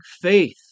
faith